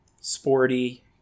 sporty